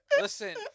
Listen